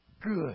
good